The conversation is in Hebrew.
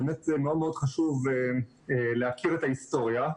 באמת, מאוד חשוב להכיר את ההיסטוריה.